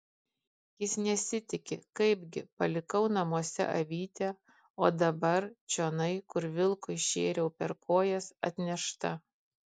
jis nesitiki kaipgi palikau namuose avytę o dabar čionai kur vilkui šėriau per kojas atnešta